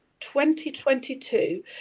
2022